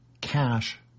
cash